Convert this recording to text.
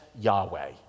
Yahweh